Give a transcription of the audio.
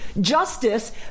justice